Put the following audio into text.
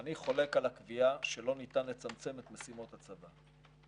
אני חולק על הקביעה שלא ניתן לצמצם את משימות הצבא.